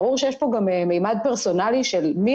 ברור שיש פה גם ממד פרסונלי של מי